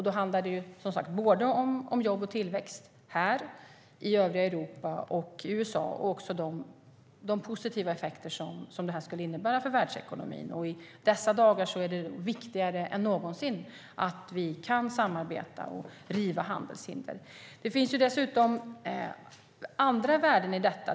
Det handlar som sagt om jobb och tillväxt här, i övriga Europa och i USA och om de positiva effekter som detta skulle ge på världsekonomin. I dessa dagar är det viktigare än någonsin att vi kan samarbeta och riva handelshinder. Det finns även andra värden i detta.